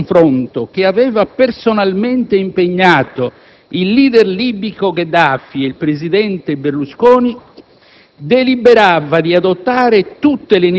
portando a conclusione un lungo confronto che aveva personalmente impegnato il *leader* libico Gheddafi e il presidente Berlusconi,